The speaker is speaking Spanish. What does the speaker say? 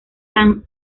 san